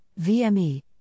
VME